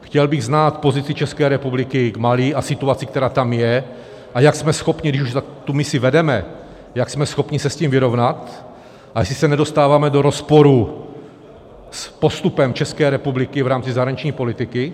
Chtěl bych znát pozici České republiky k Mali a k situaci, která tam je, a jak jsme schopni, když už tu misi vedeme, jak jsme schopni se s tím vyrovnat a jestli se nedostáváme do rozporu s postupem České republiky v rámci zahraniční politiky.